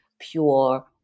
pure